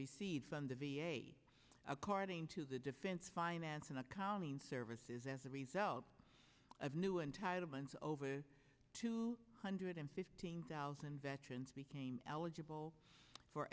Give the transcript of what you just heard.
receives from the v a according to the defense finance and accounting services as a result of new entitlements over two hundred and fifteen thousand veterans became eligible for